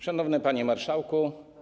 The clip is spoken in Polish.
Szanowny Panie Marszałku!